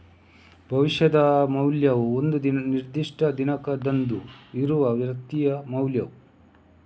ಭವಿಷ್ಯದ ಮೌಲ್ಯವು ಒಂದು ನಿರ್ದಿಷ್ಟ ದಿನಾಂಕದಂದು ಇರುವ ಸ್ವತ್ತಿನ ಮೌಲ್ಯ